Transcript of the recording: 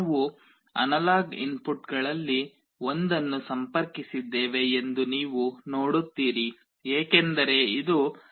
ನಾವು ಅನಲಾಗ್ ಇನ್ಪುಟ್ಗಳಲ್ಲಿ ಒಂದನ್ನು ಸಂಪರ್ಕಿಸಿದ್ದೇವೆ ಎಂದು ನೀವು ನೋಡುತ್ತೀರಿ ಏಕೆಂದರೆ ಇದು ಅನಲಾಗ್ ವೋಲ್ಟೇಜ್ ಆಗಿದೆ